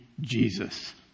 Jesus